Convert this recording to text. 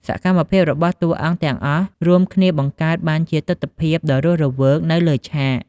សកម្មភាពរបស់តួអង្គទាំងអស់រួមគ្នាបង្កើតបានជាទិដ្ឋភាពដ៏រស់រវើកនៅលើឆាក។